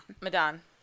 madan